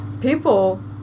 people